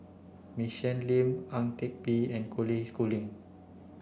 Michelle Lim Ang Teck Bee and Colin Schooling